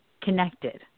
connected